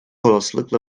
olasılıkla